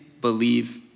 believe